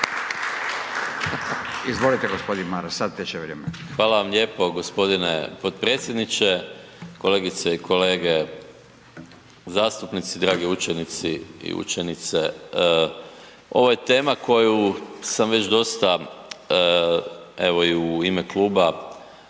Izvolite g. Maras, sad teče vrijeme. **Maras, Gordan (SDP)** Hvala vam lijepo g. potpredsjedniče, kolegice i kolege zastupnici, dragi učenici i učenice. Ovo je tema koju sam već dosta, evo i u ime kluba